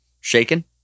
shaken